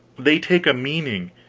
they take a meaning,